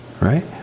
right